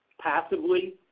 passively